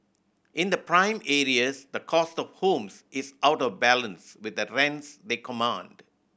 in the prime areas the cost of homes is out of balance with the rents they command